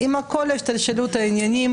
עם כל השתלשלות העניינים